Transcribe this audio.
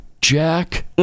Jack